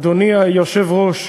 אדוני היושב-ראש,